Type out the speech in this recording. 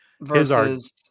versus